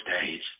days